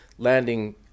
Landing